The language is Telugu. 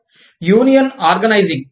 union organising